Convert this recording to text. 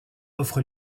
offre